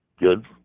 Good